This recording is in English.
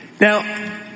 Now